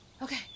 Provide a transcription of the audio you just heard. Okay